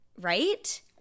right